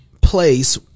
place